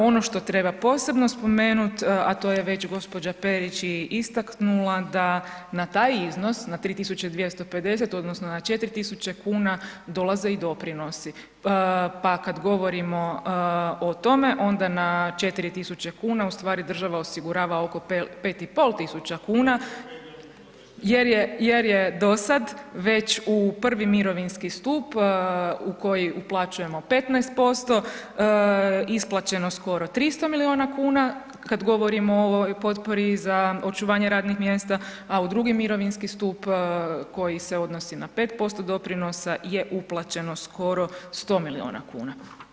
Ono što treba posebno spomenuti, a to je već gđa. Perić i istaknula, da na taj iznos, na 3250 odnosno na 4000 kuna dolaze i doprinosi pa kad govorimo o tome, onda na 4000 kn ustvari država osigurava oko 5,5 tisuća kuna jer je dosad već u prvi mirovinski stup u koji uplaćujemo 15% isplaćeno skoro 300 milijuna kuna, kad govorimo o ovoj potpori za očuvanje radnih mjesta, a u drugi mirovinski stup koji se odnosi na 5% doprinosa je uplaćeno skoro 100 milijuna kuna.